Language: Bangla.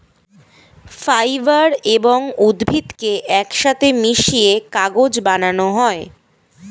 ফাইবার এবং উদ্ভিদকে একসাথে মিশিয়ে কাগজ বানানো হয়